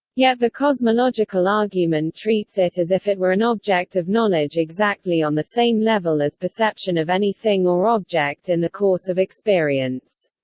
yet the cosmological argument treats it as if it were an object of knowledge exactly on the same level as perception of any thing or object in the course of experience.